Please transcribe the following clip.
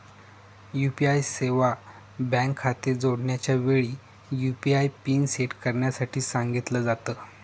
UPI सेवा bank खाते जोडण्याच्या वेळी, यु.पी.आय पिन सेट करण्यासाठी सांगितल जात